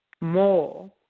more